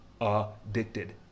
addicted